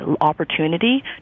opportunity